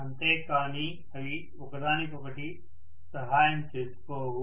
అంతే కానీ అవి ఒకదానికి ఒకటి సహాయం చేసుకోవు